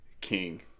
king